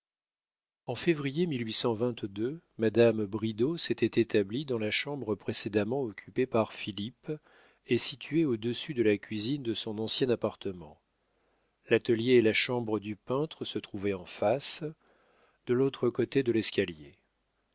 en février madame bridau s'était établie dans la chambre précédemment occupée par philippe et située au-dessus de la cuisine de son ancien appartement l'atelier et la chambre du peintre se trouvaient en face de l'autre côté de l'escalier